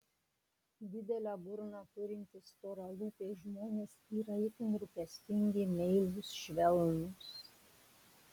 didelę burną turintys storalūpiai žmonės yra itin rūpestingi meilūs švelnūs